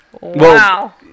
Wow